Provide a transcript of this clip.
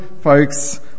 folks